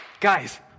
Guys